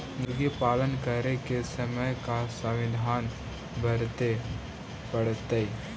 मुर्गी पालन करे के समय का सावधानी वर्तें पड़तई?